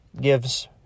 gives